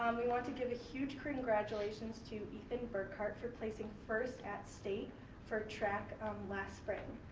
we want to give a huge congratulations to ethan burkhart for placing first at state for a track um last spring,